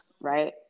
right